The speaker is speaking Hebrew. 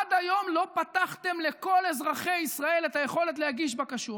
עד היום לא פתחתם לכל אזרחי ישראל את היכולת להגיש בקשות.